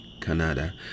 Canada